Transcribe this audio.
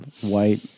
white